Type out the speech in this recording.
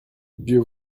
dieu